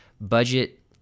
Budget